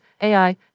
AI